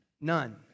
none